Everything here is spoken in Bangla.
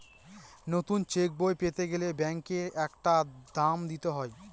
নতুন চেকবই পেতে গেলে ব্যাঙ্কে একটা দাম দিতে হয়